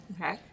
okay